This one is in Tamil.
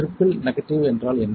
ட்ரிப்ப்பில் நெகடிவ் என்றால் என்ன